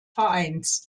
vereins